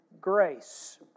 grace